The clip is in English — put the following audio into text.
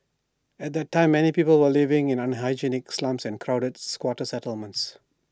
at that time many people were living in unhygienic slums and crowded squatter settlements